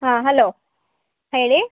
ಹಾಂ ಹಲೋ ಹೇಳಿ